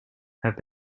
have